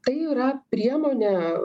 tai yra priemonė